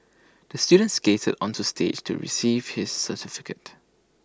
the student skated onto stage to receive his certificate